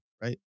right